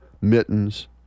mittens